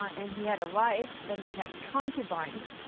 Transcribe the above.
um and he had a wife, and he had concubines.